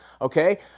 okay